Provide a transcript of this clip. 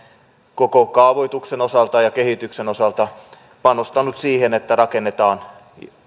koko kaavoituksen osalta ja kehityksen osalta panostanut siihen että rakennetaan